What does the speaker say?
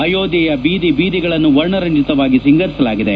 ಅಯೋಧ್ಯೆಯ ಬೀದಿ ಬೀದಿಗಳನ್ನು ವರ್ಣರಂಜಿತವಾಗಿ ಸಿಂಗರಿಸಲಾಗಿದೆ